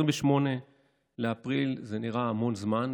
28 באפריל זה נראה המון זמן,